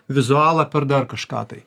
vizualą per dar kažką tai